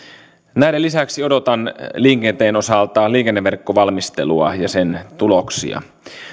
näiden lisäksi odotan liikenteen osalta liikenneverkkovalmistelua ja sen tuloksia